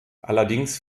allerdings